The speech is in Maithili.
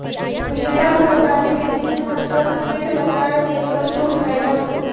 भेड़क व्यापारी विभिन्न नस्लक भेड़ बजार मे प्रस्तुत कयलक